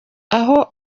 aho